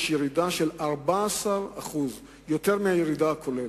יש ירידה של 14% יותר מהירידה הכוללת.